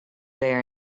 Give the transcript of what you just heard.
bear